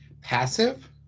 passive